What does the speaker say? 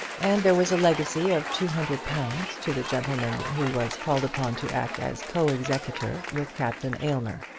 and there was a legacy of two hundred pounds to the gentleman who was called upon to act as co-executor with captain aylmer.